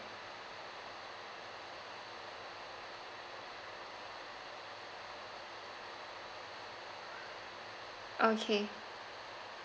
okay